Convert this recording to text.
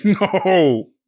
no